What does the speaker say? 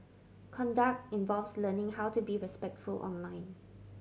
conduct involves learning how to be respectful online